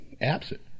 absent